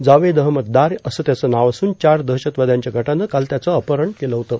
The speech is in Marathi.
जावेद अहमद दार असं त्यांचं नाव असून चार दहशतवाद्यांच्या गटानं काल त्यांचं अपहरण केलं होतं